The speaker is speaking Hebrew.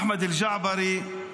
אחמד אל-ג'עברי.